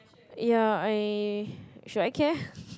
ya I should I care